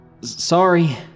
Sorry